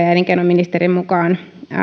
ja elinkeinoministeriön mukaan